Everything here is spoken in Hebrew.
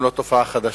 הן לא תופעה חדשה,